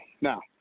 Now